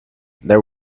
there